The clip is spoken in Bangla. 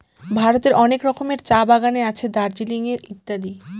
ভারতের অনেক রকমের চা বাগানে আছে দার্জিলিং এ ইত্যাদি